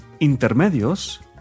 intermedios